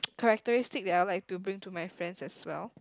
characteristic that I would like to bring to my friends as well